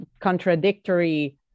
contradictory